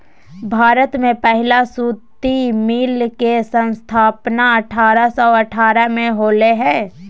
भारत में पहला सूती मिल के स्थापना अठारह सौ अठारह में होले हल